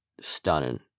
stunning